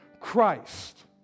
Christ